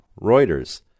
Reuters